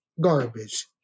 garbage